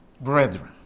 Brethren